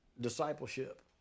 discipleship